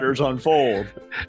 unfold